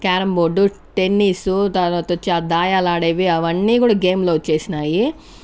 carrom board tennis తర్వాత వచ్చి ఆ దయాలాడేవి అవన్నీ కూడా గేమ్లు వచ్చేసినాయి